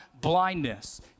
blindness